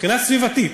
מבחינה סביבתית,